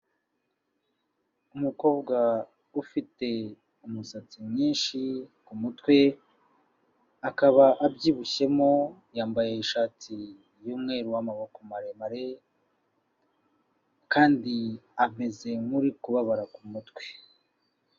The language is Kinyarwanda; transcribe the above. Umukobwa ufite umusatsi mwinshi ku mutwe, akaba abyibushyemo yambaye ishati y'umweru w'amaboko maremare, kandi ameze nk'uri kubabara ku mutwe.